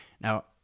Now